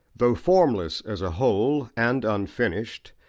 though formless as a whole, and unfinished,